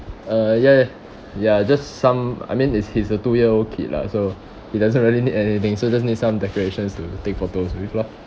uh ya ya ya just some I mean it's his two year old kid lah so he doesn't really need anything so just need some decorations to take photos with lah